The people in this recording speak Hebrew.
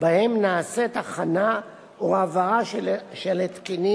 שבהם נעשית הכנה או העברה של התקנים